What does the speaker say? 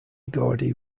gordy